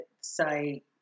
say